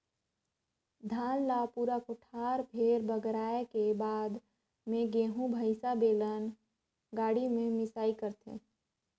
धान ल पूरा कोठार भेर बगराए के बाद मे गोरु भईसा, बेलन गाड़ी में मिंसई करथे